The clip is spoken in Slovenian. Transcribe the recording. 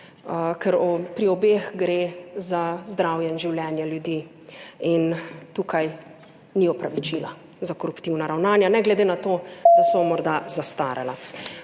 ker pri obeh gre za zdravje in življenje ljudi in tukaj ni opravičila za koruptivna ravnanja, ne glede na to, / znak za